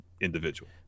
individual